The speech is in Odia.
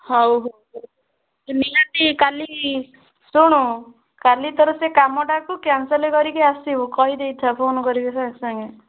ହଉ ତୁ ନିହାତି କାଲି ଶୁଣୁ କାଲି ତୋର ସେ କାମଟାକୁ କ୍ୟାନ୍ସଲ୍ କରିକି ଆସିବୁ କହିଦେଇଥା ଫୋନ୍ କରିକି ସାଙ୍ଗେ ସାଙ୍ଗେ